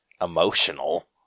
Emotional